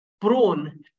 prone